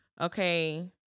okay